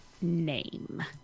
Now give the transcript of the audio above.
name